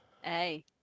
hey